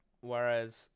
whereas